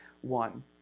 one